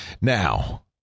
Now